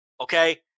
okay